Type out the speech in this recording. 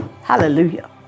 hallelujah